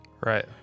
Right